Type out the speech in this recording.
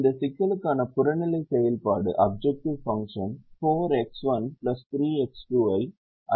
இந்த சிக்கலுக்கான புறநிலை செயல்பாடு 4X1 3X2 ஐ அதிகப்படுத்துவதாகும்